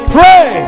Pray